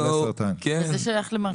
אתה מחלות נלוות.